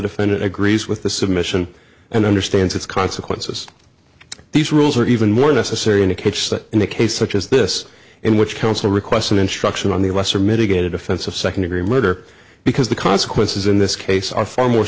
defendant agrees with the submission and understands its consequences these rules are even more necessary indicates that in a case such as this in which counsel requests an instruction on the lesser mitigated offense of second degree murder because the consequences in this case are far more